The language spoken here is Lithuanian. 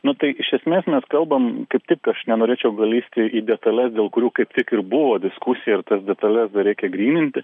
nu tai iš esmės mes kalbam kaip tik aš nenorėčiau gal lįsti į detales dėl kurių kaip tik ir buvo diskusija ir tas detales dar reikia gryninti